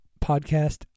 podcast